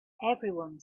everyone